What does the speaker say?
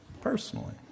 personally